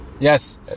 Yes